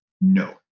no